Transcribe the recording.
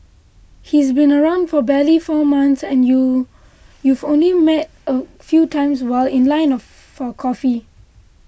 he's been around for barely four months and you you've only met a few times while in liner for coffee